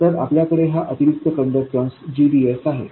तर आपल्याकडे हा अतिरिक्त कंडक्टन्स gdsआहे